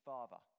Father